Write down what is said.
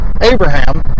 Abraham